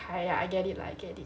I get it lah I get it